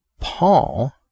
Paul